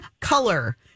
color